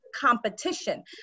competition